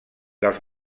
dels